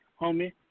homie